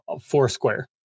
Foursquare